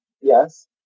Yes